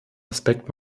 aspekt